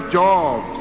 jobs